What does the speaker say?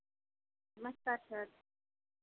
नमस्कार सर